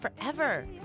forever